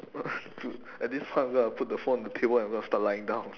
uh dude at this point I'm gonna put the phone on the table and I'm gonna start lying down